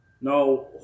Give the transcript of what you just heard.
Now